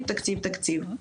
תקציב תקציב תקציב.